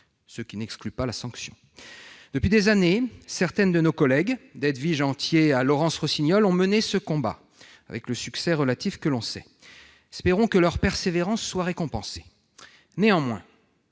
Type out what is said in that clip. ce qui n'exclut pas la sanction. Depuis des années, certaines de nos collègues, d'Edwige Antier à Laurence Rossignol, ont mené ce combat, avec le succès relatif que l'on sait. Espérons que leur persévérance soit récompensée. Néanmoins,